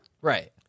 Right